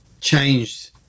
changed